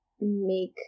make